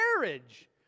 marriage